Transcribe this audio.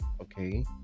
okay